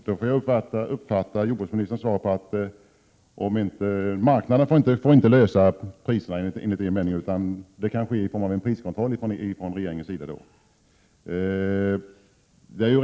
Herr talman! Då får jag uppfatta jordbruksministerns svar så, att marknaden inte får lösa prisfrågan, utan det kan komma att bli fråga om att regeringen inför en priskontroll.